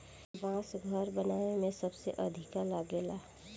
बांस घर बनावे में सबसे अधिका लागेला